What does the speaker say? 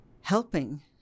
Helping